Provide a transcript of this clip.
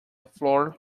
floor